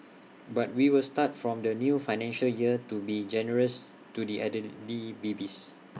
but we will start from the new financial year to be generous to the elderly babies